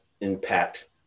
impact